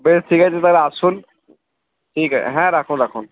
বেশ ঠিক আছে তাহলে আসুন ঠিক আছে হ্যাঁ রাখুন রাখুন